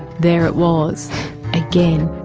there it was again.